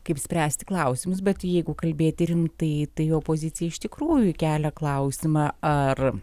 kaip spręsti klausimus bet jeigu kalbėti rimtai tai opozicija iš tikrųjų kelia klausimą ar